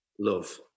love